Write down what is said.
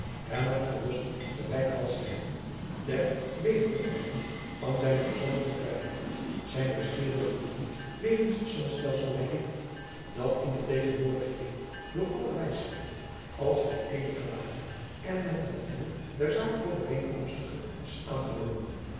en naar verlossing gereikhalsd te hebben ter wederverkrijging van zijne persoonlijke vrijheid zijn wijsgeerig gevoelen wegens het zonnestelsel herriep dat in de tegenwoordige eeuw door alle wijsgeeren als het eenige ware en met de natuur der zaak overeenkomstige is aangenomen